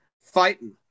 fighting